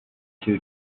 two